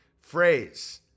phrase